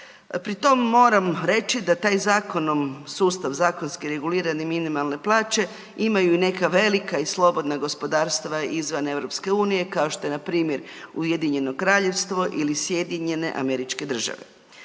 Pri tom moram reći da taj zakonom sustav zakonski regulirane minimalne plaće imaju i neka velika i slobodna gospodarstva izvan EU kao što je npr. Ujedinjeno Kraljevstvo ili SAD. U uvodu